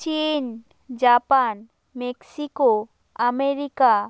চীন Japan Mexico America